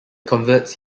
converts